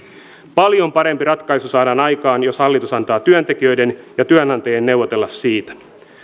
paljon parempi ratkaisu saadaan aikaan jos hallitus antaa työntekijöiden ja työnantajien neuvotella siitä